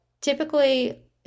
typically